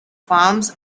farms